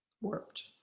warped